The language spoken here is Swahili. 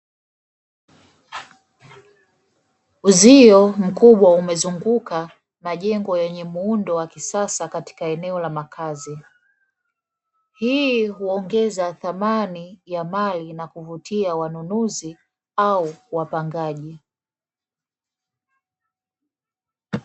Uzio mkubwa umezunguka majengo yenye muundo wa kisasa katika eneo la makazi. Hii huongeza thamani ya mali na kuvutia wanunuzi au wapangaji wapangaji